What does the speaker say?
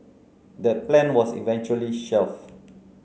that plan was eventually shelved